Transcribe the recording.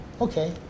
okay